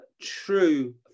true